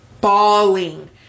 bawling